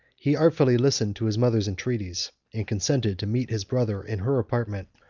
he artfully listened to his mother's entreaties, and consented to meet his brother in her apartment,